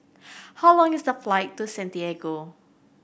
how long is the flight to Santiago